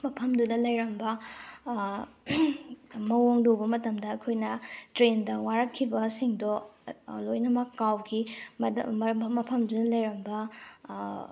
ꯃꯐꯝꯗꯨꯗ ꯂꯩꯔꯝꯕ ꯃꯑꯣꯡꯗꯨ ꯎꯕ ꯃꯇꯝꯗ ꯑꯩꯈꯣꯏꯅ ꯇ꯭ꯔꯦꯟꯗ ꯋꯥꯔꯛꯈꯤꯕꯁꯤꯡꯗꯣ ꯂꯣꯏꯅꯃꯛ ꯀꯥꯎꯈꯤ ꯃꯐꯝꯗꯨꯗ ꯂꯩꯔꯝꯕ